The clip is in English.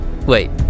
Wait